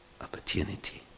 opportunity